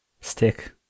stick